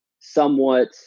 somewhat